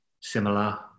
similar